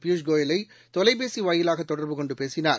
பியூஷ்கோயலை தொலைபேசி வாயிலாக தொடர்புகொண்டு பேசினார்